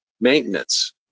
Maintenance